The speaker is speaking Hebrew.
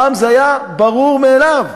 פעם זה היה ברור מאליו.